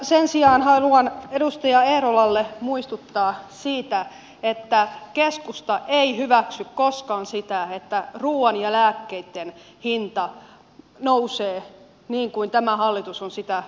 sen sijaan haluan edustaja eerolaa muistuttaa siitä että keskusta ei hyväksy koskaan sitä että ruuan ja lääkkeitten hinta nousee niin kuin tämä hallitus on sitä nostamassa